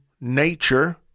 nature